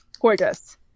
Gorgeous